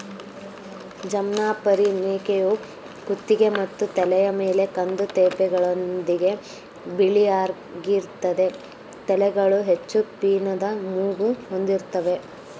ಜಮ್ನಾಪರಿ ಮೇಕೆಯು ಕುತ್ತಿಗೆ ಮತ್ತು ತಲೆಯ ಮೇಲೆ ಕಂದು ತೇಪೆಗಳೊಂದಿಗೆ ಬಿಳಿಯಾಗಿರ್ತದೆ ತಲೆಗಳು ಹೆಚ್ಚು ಪೀನದ ಮೂಗು ಹೊಂದಿರ್ತವೆ